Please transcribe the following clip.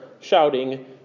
shouting